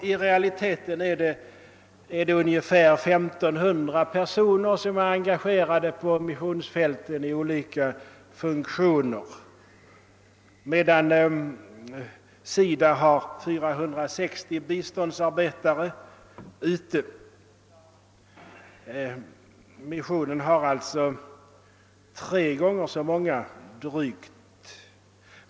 I realiteten är det ungefär 1500 personer som är engagerade på missionsfälten i olika funktioner, medan SIDA har 460 biståndsarbetare ute i verksamhet. Missionen har alltså drygt tre gånger så många.